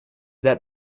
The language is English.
that